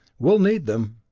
we'll need them!